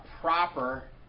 proper